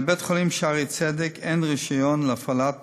לבית-החולים "שערי צדק" אין רישיון להפעלת